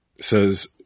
says